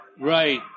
Right